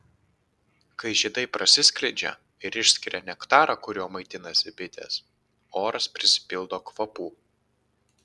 kai žiedai prasiskleidžia ir išskiria nektarą kuriuo maitinasi bitės oras prisipildo kvapų